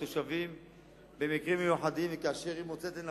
תושבי האזור שנכנסו לישראל וסייעו בביצוע ותכנון